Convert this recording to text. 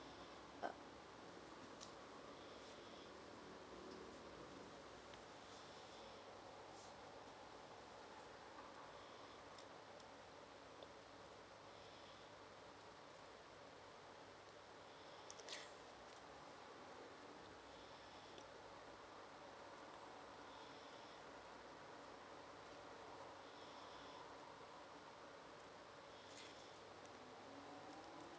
uh